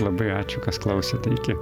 labai ačiū kas klauasėt ir iki